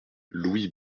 louis